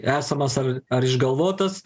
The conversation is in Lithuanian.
esamas ar ar išgalvotas